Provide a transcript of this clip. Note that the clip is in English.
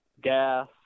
gas